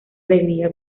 alegría